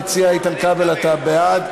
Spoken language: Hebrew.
המציע איתן כבל, אתה בעד.